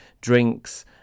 drinks